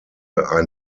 ein